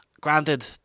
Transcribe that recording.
Granted